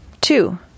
Two